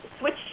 switch